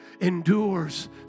endures